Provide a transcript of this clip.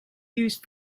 used